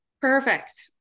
Perfect